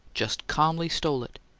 just calmly stole it!